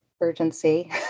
urgency